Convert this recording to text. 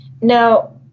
Now